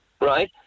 Right